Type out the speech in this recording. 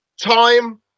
time